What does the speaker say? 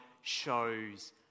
shows